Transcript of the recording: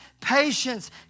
patience